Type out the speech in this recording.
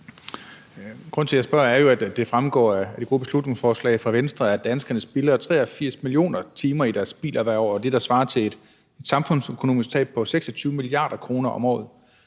Grunden til, at jeg spørger, er jo, at det fremgår af det gode beslutningsforslag fra Venstre, at danskernes spilder 83 millioner timer i deres biler hvert år. Det svarer til et samfundsøkonomisk tab på ca. 26 mia. kr. om året.